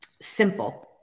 simple